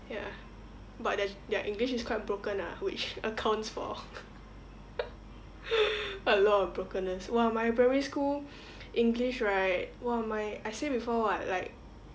ya but their their english is quite broken ah which accounts for a lot of brokenness !wah! my primary school english right !wah! my I say before [what] like